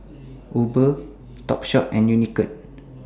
Uber Topshop and Unicurd